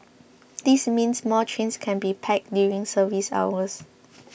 this means more trains can be packed during service hours